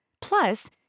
Plus